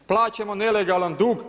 Plaćamo nelegalan dug.